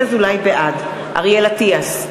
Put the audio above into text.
בעד אריאל אטיאס,